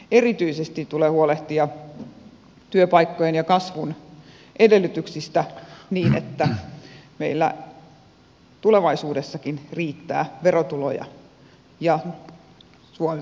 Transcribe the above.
erityisesti tulee huolehtia työpaikkojen ja kasvun edellytyksistä niin että meillä tulevaisuudessakin riittää verotuloja ja suomi voi selvitä